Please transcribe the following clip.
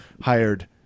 hired